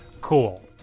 Cool